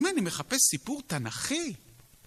מי אני מחפש סיפור תנ"כי?